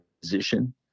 position